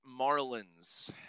Marlins